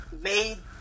made